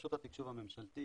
רשות התקשוב הממשלתי